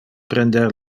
prender